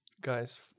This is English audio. guys